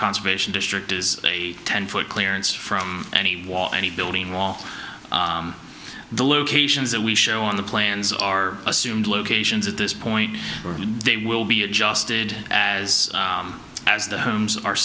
conservation district does a ten foot clearance from any water any building wall the locations that we show on the plans are assumed locations at this point and they will be adjusted as as the homes are